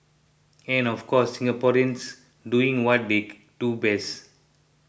and of course Singaporeans doing what they do best